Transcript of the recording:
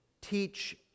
teach